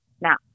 Now